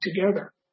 together